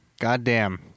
Goddamn